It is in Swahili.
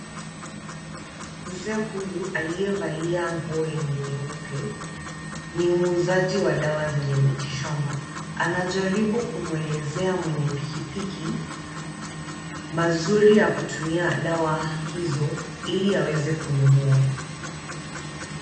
Mzee huyu aliyevalia nguo yenye ni nyeupe, ni muuzaji wa dawa zenye miti shamba. Anajaribu kumwelezea mwenye pikipiki, mazuri ya kutumia dawa hizo, ili aweze kununua.